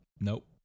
Nope